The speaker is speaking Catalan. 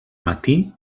matí